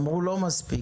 אמרו לא מספיק.